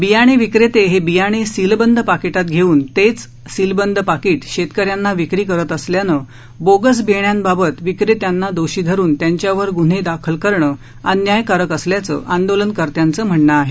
बियाणे विक्रेते हे बियाणे सिलबंद पाकिटात घेऊन तेच सीलबंद पाकिट शेतकऱ्यांना विक्री करीत असल्यानं बोगस बियाण्याबाबत विक्रेत्याना दोषी धरून त्याच्यावर गुन्हे दाखल करणं अन्यायकारक असल्याचं आंदोलन कर्त्यांचं म्हणणं आहे